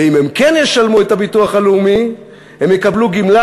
ואם הן כן ישלמו את הביטוח הלאומי הן יקבלו גמלה